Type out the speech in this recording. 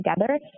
together